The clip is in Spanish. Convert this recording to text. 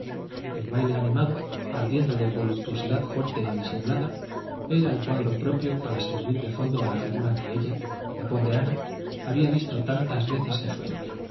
el baile animado ardiendo de voluptuosidad fuerte y disimulada era el cuadro propio para servir de fondo a la figura que ella la pobre ana había visto tantas veces en sueños